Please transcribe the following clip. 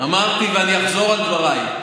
אמרתי, ואני אחזור על דבריי.